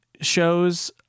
shows